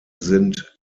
sind